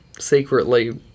Secretly